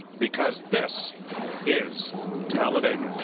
because this is talladega.